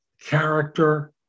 character